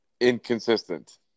Inconsistent